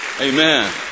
Amen